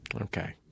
Okay